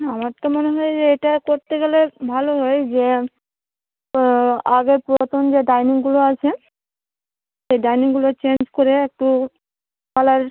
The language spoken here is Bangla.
আমার তো মনে হয় যে এটা করতে গেলে ভালো হয় যে আগে প্রথম যে ডাইনিংগুলো আছে সে ডাইনিংগুলো চেঞ্জ করে একটু কালার